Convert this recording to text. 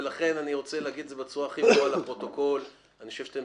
ולכן אני רוצה להגיד את זה בצורה הכי ברורה לפרוטוקול: אני חושב שאתם